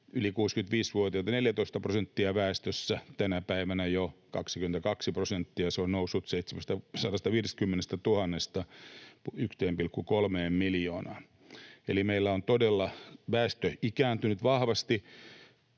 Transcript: yli 65-vuotiaita 14 prosenttia väestöstä, tänä päivänä jo 22 prosenttia. Se on noussut 750 000:sta 1,3 miljoonaan. Eli meillä todella on väestö ikääntynyt vahvasti.